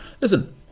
Listen